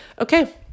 Okay